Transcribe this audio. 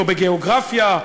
או בגיאוגרפיה,